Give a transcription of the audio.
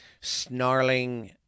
snarling